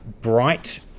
bright